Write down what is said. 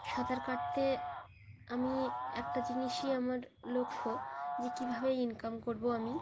সাঁতার কাটতে আমি একটা জিনিসই আমার লক্ষ্য যে কীভাবে ইনকাম করব আমি